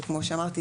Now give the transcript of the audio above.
שכמו שאמרתי,